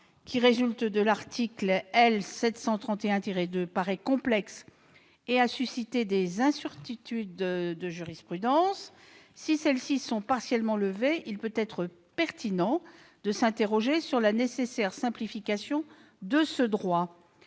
du droit d'asile paraît complexe et a suscité des incertitudes de jurisprudence. Si celles-ci sont partiellement levées, il peut être pertinent de s'interroger sur la nécessaire simplification de ce droit.